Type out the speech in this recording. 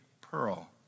pearl